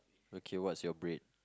okay what's your bread